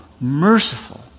merciful